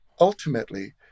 ultimately